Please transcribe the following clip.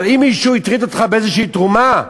אבל אם מישהו הטריד אותך באיזושהי תרומה,